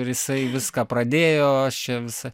ir jisai viską pradėjo o aš čia visą